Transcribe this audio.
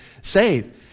saved